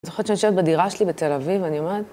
זוכרת שאני יושבת בדירה שלי בתל אביב, ואני אומרת...